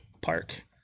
Park